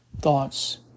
Thoughts